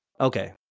Okay